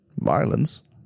violence